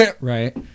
Right